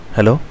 Hello